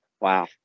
Wow